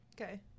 Okay